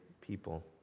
people